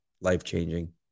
life-changing